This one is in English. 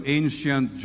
ancient